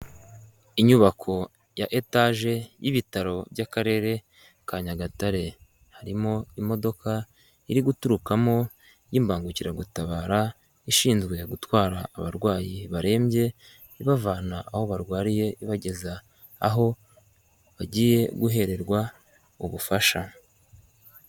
Inyubako ya etaje y ibitaro by'Akarere ka Nyagatare, harimo imodoka iri guturukamo y'imbangukiragutabara ishinzwe gutwara abarwayi barembye, ibavana aho barwariye ibageza aho bagiye guhererwa ubufasha.